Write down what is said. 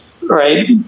right